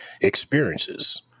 experiences